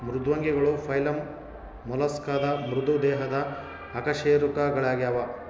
ಮೃದ್ವಂಗಿಗಳು ಫೈಲಮ್ ಮೊಲಸ್ಕಾದ ಮೃದು ದೇಹದ ಅಕಶೇರುಕಗಳಾಗ್ಯವ